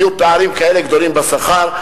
יהיו בהם פערים כאלה גדולים בשכר,